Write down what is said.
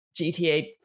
GTA